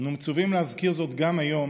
אנו מצווים להזכיר זאת גם היום,